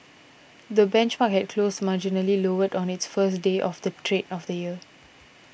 the benchmark had closed marginally lower on its first day of trade of the year